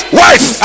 wife